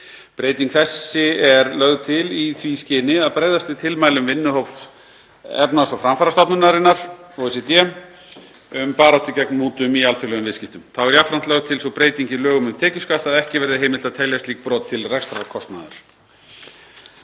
Breyting þessi er lögð til í því skyni að bregðast við tilmælum vinnuhóps Efnahags- og framfarastofnunarinnar, OECD, um baráttu gegn mútum í alþjóðlegum viðskiptum. Þá er jafnframt lögð til sú breyting í lögum um tekjuskatt að ekki verði heimilt að telja slík brot til rekstrarkostnaðar.